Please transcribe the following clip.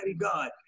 God